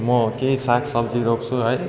म केही साग सब्जी रोप्छु है